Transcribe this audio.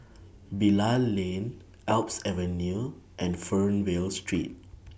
Bilal Lane Alps Avenue and Fernvale Street